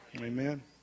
Amen